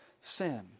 sin